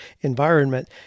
environment